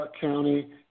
County